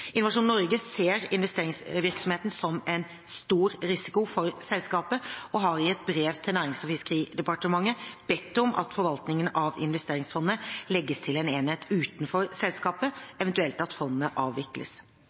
Innovasjon Norge ser investeringsvirksomheten som en stor risiko for selskapet og har i et brev til Nærings- og fiskeridepartementet bedt om at forvaltningen av investeringsfondene legges til en enhet utenfor selskapet, eventuelt at fondene avvikles.